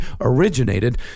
originated